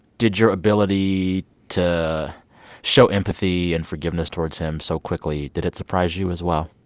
did your ability to show empathy and forgiveness towards him so quickly did it surprise you as well?